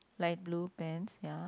light blue pants ya